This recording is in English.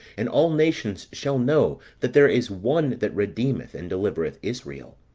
and all nations shall know that there is one that redeemeth and delivereth israel.